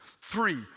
three